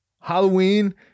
Halloween